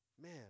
man